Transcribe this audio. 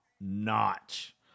notch